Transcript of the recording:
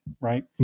right